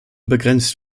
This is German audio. begrenzt